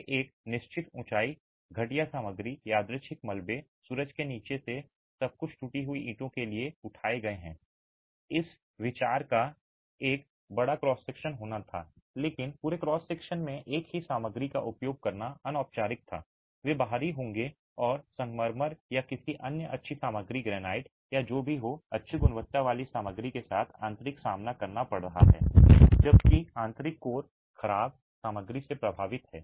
वे एक निश्चित ऊँचाई घटिया सामग्री यादृच्छिक मलबे सूरज के नीचे सब कुछ टूटी हुई ईंटों के लिए उठाए गए हैं इस विचार का एक बड़ा क्रॉस सेक्शन होना था लेकिन पूरे क्रॉस सेक्शन में एक ही सामग्री का उपयोग करना अनौपचारिक था वे बाहरी होंगे और संगमरमर या किसी अन्य अच्छी सामग्री ग्रेनाइट या जो भी हो अच्छी गुणवत्ता वाली सामग्री के साथ आंतरिक सामना करना पड़ रहा है जबकि आंतरिक कोर खराब सामग्री से प्रभावित है